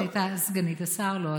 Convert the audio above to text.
זאת הייתה סגנית השר, לא אתה.